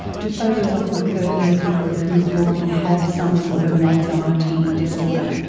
do phobias often occur in people who already have some sort of an anxiety disorder?